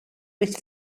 with